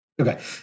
okay